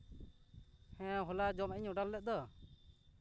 ᱦᱮᱸ ᱦᱚᱞᱟ ᱡᱚᱢᱟᱜ ᱤᱧ ᱚᱰᱟᱨ ᱞᱮᱫ ᱫᱚ